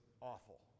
awful